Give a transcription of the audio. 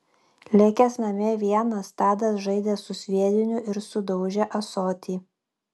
likęs namie vienas tadas žaidė su sviediniu ir sudaužė ąsotį